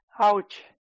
Ouch